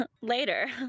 Later